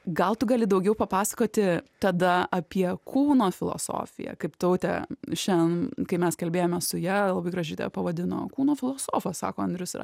gal tu gali daugiau papasakoti tada apie kūno filosofiją kaip tautė šiandien kai mes kalbėjome su ja labai gražiai tave pavadino kūno filosofas sako andrius yra